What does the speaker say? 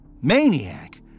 Maniac